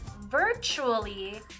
virtually